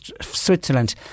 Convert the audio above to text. Switzerland